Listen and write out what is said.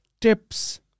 tips